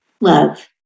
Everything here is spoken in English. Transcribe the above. Love